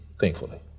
thankfully